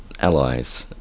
allies